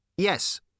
Yes